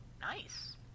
Nice